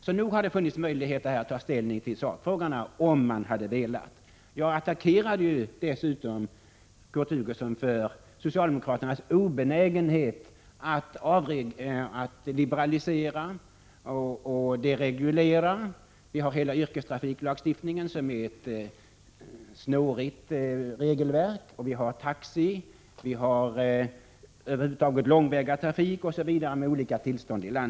Så nog har det funnits möjlighet att ta ställning till sakfrågorna, om man hade velat. Jag attackerade ju Kurt Hugosson för socialdemokraternas obenägenhet att liberalisera och avreglera. Hela yrkestrafiklagstiftningen är ett snårigt regelverk. Vidare har vi taxi och över huvud taget långväga trafik, m.m., med olika slags tillstånd.